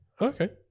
Okay